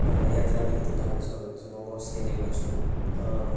यात्रा अलिकति टाढो छ भने चाहिँ म बस लिने गर्छु